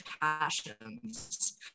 passions